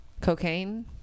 Cocaine